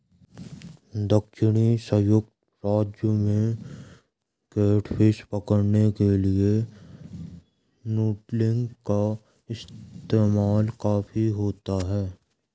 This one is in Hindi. दक्षिणी संयुक्त राज्य में कैटफिश पकड़ने के लिए नूडलिंग का इस्तेमाल काफी होता है